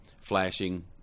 flashing